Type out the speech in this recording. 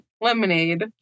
lemonade